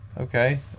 Okay